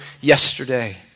yesterday